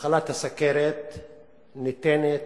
מחלת הסוכרת ניתנת,